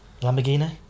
Lamborghini